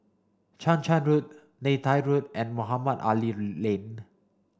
Chang Charn Road Neythai Road and Mohamed Ali Lane